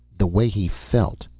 the way he felt.